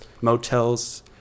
motels